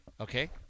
Okay